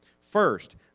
First